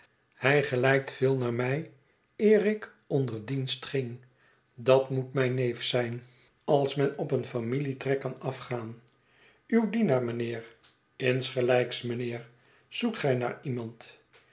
hij gelijkt veel naar mij eer ik onder onder dienst ging dat moet mijn neef zijn het verlaten huis als men op een familietrek kan afgaan uw dienaar mijnheer insgelijks mijnheer zoekt gij naar iemand